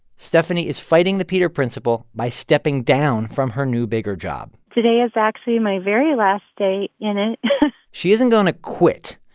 stephanie is fighting the peter principle by stepping down from her new, bigger job today is actually my very last day in it she isn't going to quit.